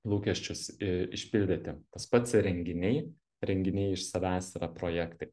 lūkesčius i išpildyti tas pats ir renginiai renginiai iš savęs yra projektai